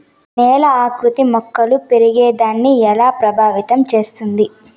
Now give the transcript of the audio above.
నేల ఆకృతి మొక్కలు పెరిగేదాన్ని ఎలా ప్రభావితం చేస్తుంది?